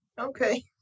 Okay